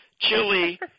chili